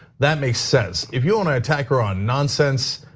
that makes sense. if you wanna attack her on nonsense,